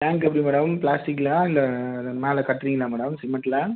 tank எப்படி madam பிளாஸ்டிக்லையா இல்லை மேலே கட்டுறிங்களா மேடம் சிமெண்ட்டில்